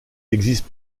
existe